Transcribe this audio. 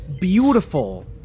beautiful